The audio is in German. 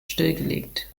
stillgelegt